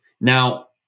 Now